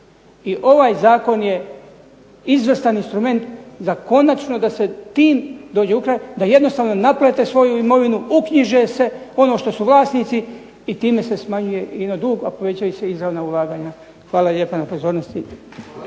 I ovaj zakon je izvrstan instrument da se konačno tim dođe u kraj, da se jednostavno naplate svoju imovinu, uknjiže se, ono što su vlasnici i time se smanjuje ino dug, a povećavaju se izravna ulaganja. Hvala lijepa.